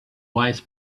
wise